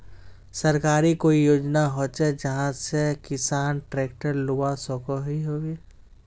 सरकारी कोई योजना होचे जहा से किसान ट्रैक्टर लुबा सकोहो होबे?